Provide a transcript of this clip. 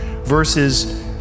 Versus